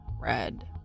Red